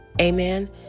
Amen